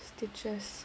stitches